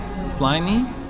slimy